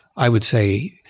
i would say,